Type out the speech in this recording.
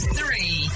three